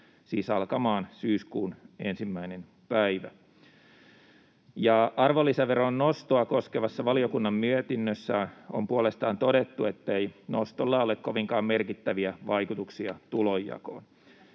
siis alkamaan syyskuun 1. päivä. Arvonlisäveron nostoa koskevassa valiokunnan mietinnössä on puolestaan todettu, ettei nostolla ole kovinkaan merkittäviä vaikutuksia tulonjakoon.